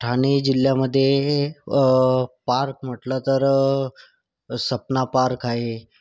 ठाणे जिल्ह्यामध्ये पार्क म्हटलं तर सपना पार्क आहे